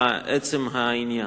לעצם העניין.